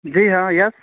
جی ہاں یس